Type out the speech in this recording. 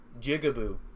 jigaboo